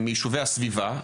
מיישובי הסביבה,